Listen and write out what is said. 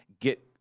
get